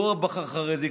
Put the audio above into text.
מדוע הוא בחר חרדי,